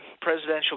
presidential